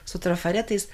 su trafaretais